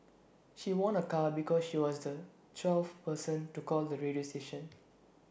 she won A car because she was the twelfth person to call the radio station